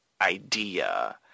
idea